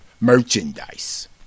merchandise